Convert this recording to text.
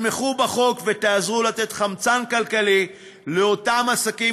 תתמכו בחוק ותעזרו לתת חמצן כלכלי לאותם עסקים